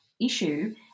issue